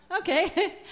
Okay